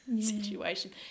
situation